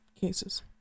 cases